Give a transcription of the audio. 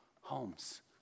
homes